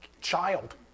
child